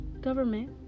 government